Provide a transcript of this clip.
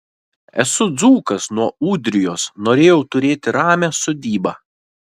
esu dzūkas nuo ūdrijos norėjau turėti ramią sodybą